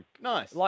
Nice